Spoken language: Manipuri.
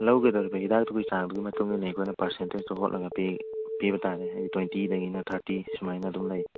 ꯂꯧꯒꯗꯧꯔꯤꯕ ꯍꯤꯗꯥꯛꯇꯨꯒꯤ ꯆꯥꯡꯗꯨꯒꯨ ꯃꯇꯨꯡ ꯏꯟꯅ ꯑꯩꯈꯣꯏꯅ ꯄꯥꯔꯁꯦꯟꯇꯦꯖꯇꯨ ꯍꯣꯠꯂꯒ ꯄꯤꯕ ꯇꯥꯔꯦ ꯍꯥꯏꯗꯤ ꯇ꯭ꯋꯦꯟꯇꯤꯗꯒꯤꯅ ꯊꯥꯔꯇꯤ ꯁꯨꯃꯥꯏꯅ ꯑꯗꯨꯝ ꯂꯩ